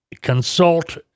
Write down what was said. consult